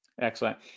Excellent